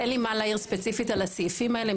אין לי מה להעיר ספציפית על הסעיפים הללו.